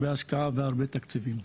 השקעה והרבה תקציבים.